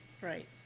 Right